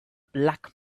black